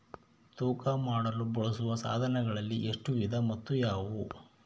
ತೂಕ ಮಾಡಲು ಬಳಸುವ ಸಾಧನಗಳಲ್ಲಿ ಎಷ್ಟು ವಿಧ ಮತ್ತು ಯಾವುವು?